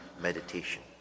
meditation